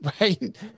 right